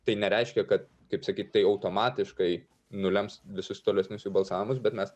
tai nereiškia kad kaip sakyt tai automatiškai nulems visus tolesnius jų balsavimus bet mes